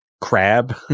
crab